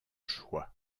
choix